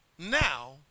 Now